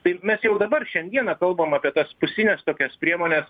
tai mes jau dabar šiandieną kalbam apie tas pusines tokias priemones